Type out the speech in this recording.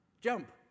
jump